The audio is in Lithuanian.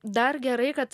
dar gerai kad